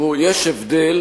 יש הבדל